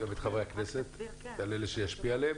--- גם את חברי הכנסת, על אלה שישפיע עליהם,